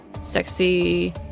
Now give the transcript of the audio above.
sexy